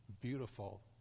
beautiful